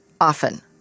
often